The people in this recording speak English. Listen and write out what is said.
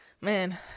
Man